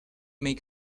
make